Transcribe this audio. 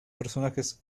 personajes